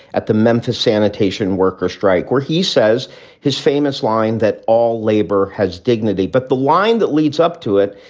at the memphis sanitation workers strike, where he says his famous line that all labor has dignity. but the line that leads up to it,